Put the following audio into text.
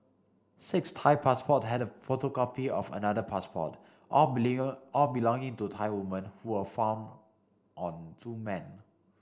Six Thai passport and a photocopy of another passport all believe all belonging to Thai women who were found on two men